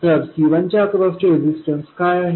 तर C1 च्या across चे रेजिस्टन्स काय आहे